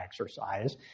exercise